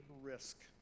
risk